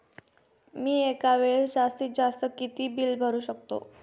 मी एका वेळेस जास्तीत जास्त किती बिल भरू शकतो?